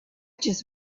just